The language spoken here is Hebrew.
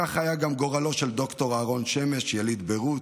כזה היה גם גורלו של ד"ר אהרן שמש, יליד ביירות,